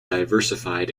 diversified